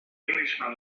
englishman